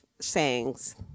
sayings